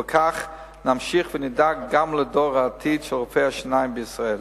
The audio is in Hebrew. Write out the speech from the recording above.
ובכך נמשיך ונדאג גם לדור העתיד של רופאי השיניים בישראל.